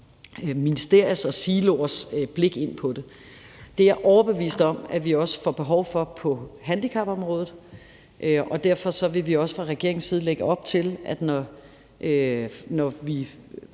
ministeriers og siloers blik på det. Det er jeg overbevist om vi også får behov for på handicapområdet, og derfor vil vi også fra regeringens side lægge op til, at vi, når vi